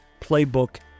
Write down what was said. playbook